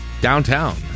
downtown